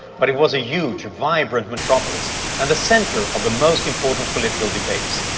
but it was a huge, vibrant metropolis and the center of the most important political debates.